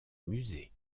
musée